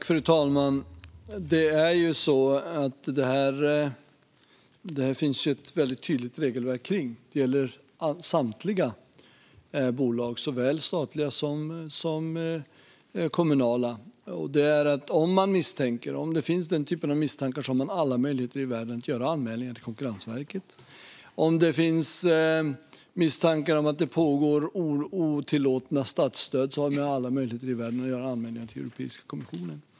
Fru talman! Det finns ett tydligt regelverk kring detta. Det gäller samtliga bolag, såväl statliga som kommunala. Om det finns den här typen av misstankar har man alla möjligheter i världen att göra anmälningar till Konkurrensverket. Om det finns misstankar om att det pågår otillåtna statsstöd har man alla möjligheter i världen att göra anmälningar till Europeiska kommissionen.